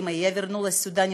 יקרים שלי,